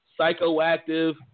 psychoactive